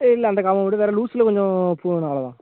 ஆ இல்லை அந்த காம்போவோட வேறு லூஸில் கொஞ்சம் பூ வேணும் அவ்ளோ தான்